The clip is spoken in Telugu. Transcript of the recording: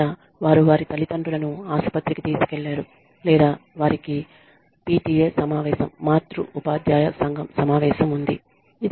లేదా వారు వారి తల్లిదండ్రులను ఆసుపత్రికి తీసుకువెళ్లారు లేదా వారికి PTA సమావేశం మాతృ ఉపాధ్యాయ సంఘం సమావేశం ఉంది